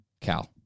Cal